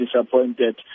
disappointed